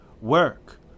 Work